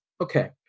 okay